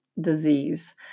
disease